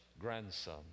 grandson